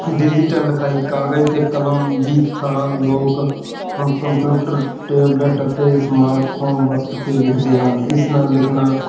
digital ਲਿਖਾਈ ਕਾਗਜ ਅਤੇ ਕਲਮ ਦੀ ਥਾਂ ਲੋਕ ਹੁਣ ਕੰਪਿਊਟਰ ਟੇਬਲੇਟ ਅਤੇ ਸਮਾਰਟ ਫੋਨ ਵਰਤ ਕੇ ਲਿਖਦੇ ਹਨ ਇਸ ਨਾਲ ਲਿਖਣਾ